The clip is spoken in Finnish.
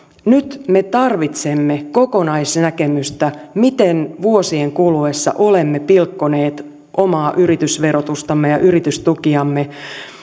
nyt me tarvitsemme kokonaisnäkemystä miten vuosien kuluessa olemme pilkkoneet omaa yritysverotustamme ja yritystukiamme